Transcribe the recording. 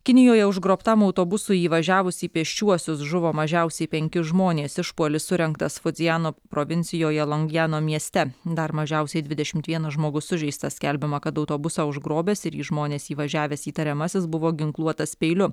kinijoje užgrobtam autobusui įvažiavus į pėsčiuosius žuvo mažiausiai penki žmonės išpuolis surengtas fudziano provincijoje longjano mieste dar mažiausiai dvidešimt vienas žmogus sužeistas skelbiama kad autobusą užgrobęs ir į žmones įvažiavęs įtariamasis buvo ginkluotas peiliu